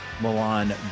Milan